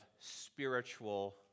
spiritual